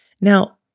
Now